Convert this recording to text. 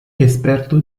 esperto